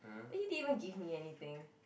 then he didn't even give me anything